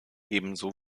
ebenso